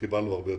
וקיבלנו הרבה יותר.